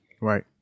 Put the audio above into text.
Right